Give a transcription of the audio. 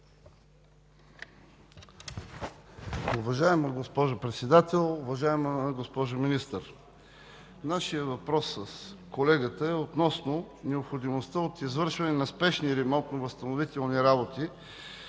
Уважаема госпожо Председател, уважаема госпожо Министър! Нашият въпрос с колегата е относно необходимостта от извършване на спешни ремонтно-възстановителни работи